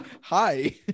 Hi